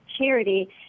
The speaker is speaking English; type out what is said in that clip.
charity